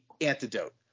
antidote